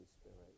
Spirit